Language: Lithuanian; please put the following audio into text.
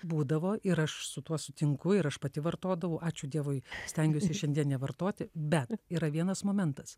būdavo ir aš su tuo sutinku ir aš pati vartodavau ačiū dievui stengiuosi šiandien nevartoti bet yra vienas momentas